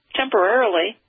temporarily